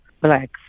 black